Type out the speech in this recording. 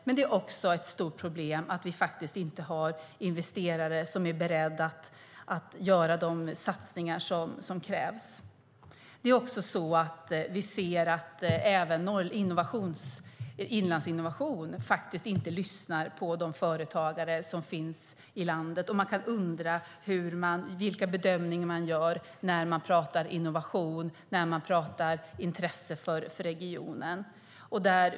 Men det är också ett stort problem att vi faktiskt inte har investerare som är beredda att göra de satsningar som krävs. Vi ser att inte heller Inlandsinnovation lyssnar på de företagare som finns i landet. Jag kan undra vilka bedömningar som man gör när man talar om innovation och intresse för regionen.